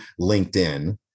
LinkedIn